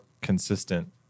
consistent